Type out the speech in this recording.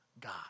God